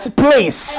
place